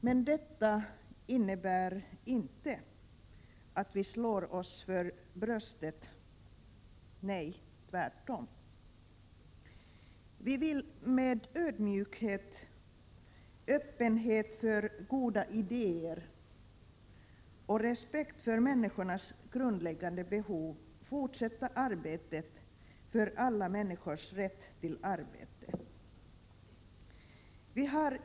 Men detta innebär inte att vi slår oss för bröstet — nej, tvärtom! Vi vill med ödmjukhet, öppenhet för alla goda idéer och respekt för människornas grundläggande behov fortsätta arbetet för alla människors rätt till arbete.